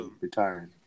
retiring